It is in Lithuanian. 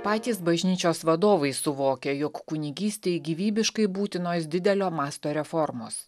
patys bažnyčios vadovai suvokia jog kunigystei gyvybiškai būtinos didelio masto reformos